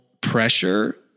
pressure